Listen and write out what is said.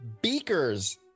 beakers